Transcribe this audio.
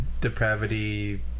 depravity